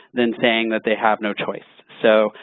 then saying that they have no choice. so,